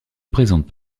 présentent